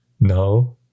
No